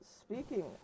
speaking